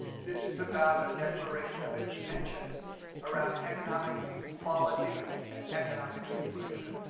this is about a declaration of intentions around economic equality and economic inclusion.